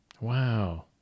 Wow